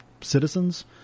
citizens